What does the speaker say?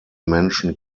menschen